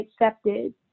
accepted